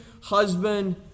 husband